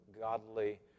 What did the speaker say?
godly